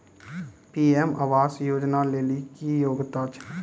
PM आवास योजना लेली की योग्यता छै?